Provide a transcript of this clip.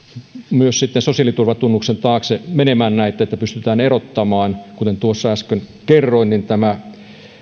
sitten sosiaaliturvatunnuksen taakse menemään niin että pystytään erottamaan ja kuten tuossa äsken kerroin